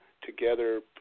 together